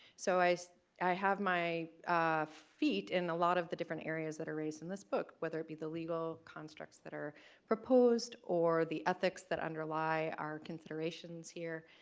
so i i have my feet in a lot of the different areas that are raised in this book, whether it be the legal constructs that are proposed or the ethics that underlie our considerations here,